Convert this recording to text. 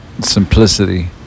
simplicity